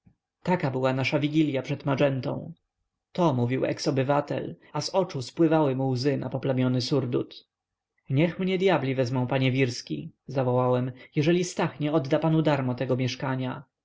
taka była nasza wigilia przed magentą to mówił eks-obywatel a z oczu spływały mu łzy na poplamiony surdut niech mnie dyabli wezmą panie wirski zawołałem jeżeli stach nie odda panu darmo tego mieszkania